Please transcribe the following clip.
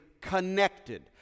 connected